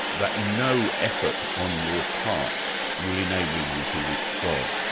that no effort on your part, will enable you to reach god.